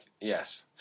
Yes